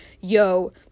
yo